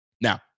Now